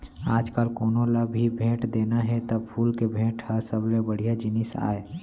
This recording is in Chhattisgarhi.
आजकाल कोनों ल भी भेंट देना हे त फूल के भेंट ह सबले बड़िहा जिनिस आय